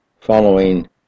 following